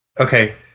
Okay